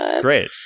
great